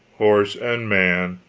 horse and man,